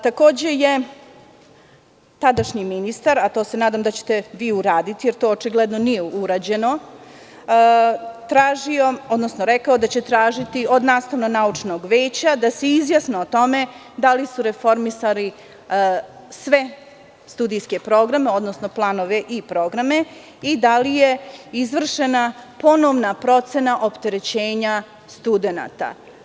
Takođe je tadašnji ministar, a to se nam da ćete vi uraditi, jer to očigledno nije urađeno, tražio, odnosno rekao da će tražiti od nastavno-naučnog veća da se izjasne o tome da li su reformisali sve studijske programe, odnosno planove i programe i da li je izvršena ponovna procena opterećenja studenata.